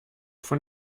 von